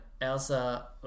Elsa